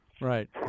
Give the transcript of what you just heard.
Right